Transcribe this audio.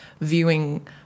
viewing